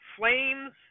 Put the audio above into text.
Flames